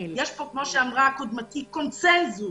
יש פה, כמו שאמרה קודמתי, קונצנזוס